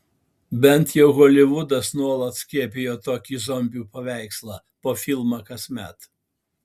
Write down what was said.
bent jau holivudas nuolat skiepijo tokį zombių paveikslą po filmą kasmet